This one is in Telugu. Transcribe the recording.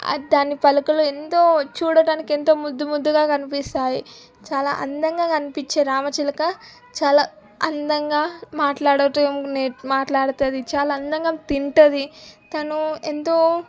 అది దాని పలుకులు ఎంతో చూడటానికి ఎంతో ముద్దు ముద్దుగా కనిపిస్తాయి చాలా అందంగా కనిపించే రామచిలక చాలా అందంగా మాట్లాడటం నే మాట్లాడుతుంది చాలా అందంగా తింటుంది తను ఎంతో